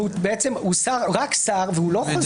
והוא רק שר והוא לא חוזר,